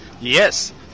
yes